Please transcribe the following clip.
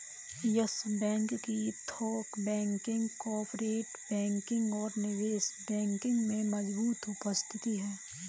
yes bank की थोक banking, corporate banking और निवेश बैंकिंग में मजबूत उपस्थिति है